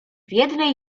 jednej